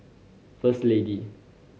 First Lady